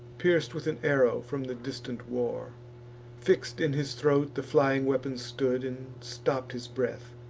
pierc'd with an arrow from the distant war fix'd in his throat the flying weapon stood, and stopp'd his breath,